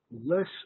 less